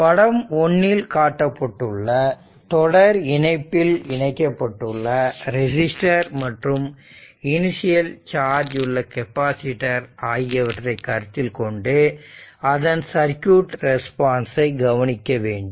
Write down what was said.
படம் 1ல் காட்டப்பட்டுள்ள தொடர் இணைப்பில் இணைக்கப்பட்டுள்ள ரெசிஸ்டர் மற்றும் இனிஷியல் சார்ஜ் உள்ள கெபாசிட்டர் ஆகியவற்றை கருத்தில் கொண்டு அதன் சர்க்யூட் ரெஸ்பான்ஸை கவனிக்க வேண்டும்